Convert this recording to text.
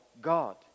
God